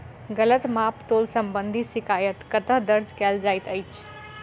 गलत माप तोल संबंधी शिकायत कतह दर्ज कैल जाइत अछि?